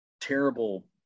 terrible